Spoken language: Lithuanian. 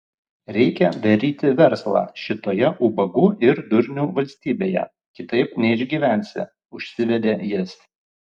reikia daryti verslą šitoje ubagų ir durnių valstybėje kitaip neišgyvensi užsivedė jis